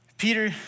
Peter